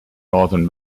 northern